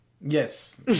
yes